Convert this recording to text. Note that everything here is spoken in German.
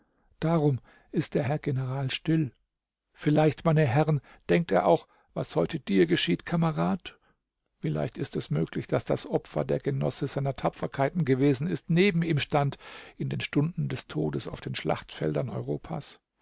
darum ist der herr general still vielleicht meine herren denkt er auch was heute dir geschieht kamerad wie leicht ist es möglich daß das opfer der genosse seiner tapferkeiten gewesen ist neben ihm stand in den stunden des todes auf den schlachtfeldern europas